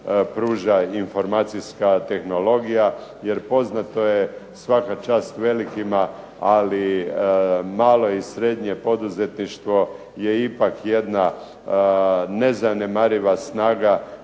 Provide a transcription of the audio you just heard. informacijska tehnologija. Jer poznato je svaka čast velikima ali malo i srednje poduzetništvo je ipak jedna nezanemariva snaga